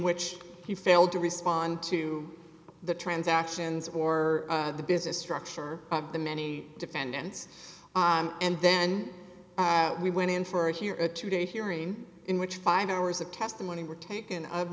which he failed to respond to the transactions or the business structure of the many defendants and then we went in for here a two day hearing in which five hours of testimony were taken of